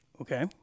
Okay